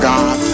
God